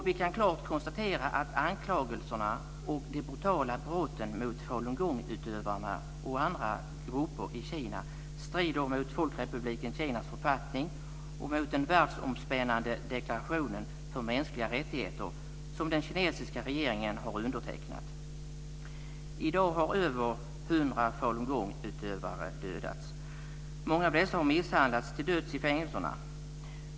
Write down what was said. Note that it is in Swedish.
Vi kan klart konstatera att anklagelserna och de brutala brotten mot falungongutövarna och andra grupper i Kina strider mot Folkrepubliken Kinas författning och mot den världsomspännande deklarationen för mänskliga rättigheter som den kinesiska regeringen har undertecknat. I dag har över hundra falungongutövare dödats. Många av dessa har misshandlats till döds i fängelserna.